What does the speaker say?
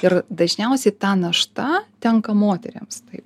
ir dažniausiai ta našta tenka moterims tai